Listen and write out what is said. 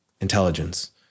intelligence